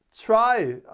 try